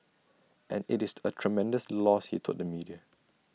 and IT is A tremendous loss he told the media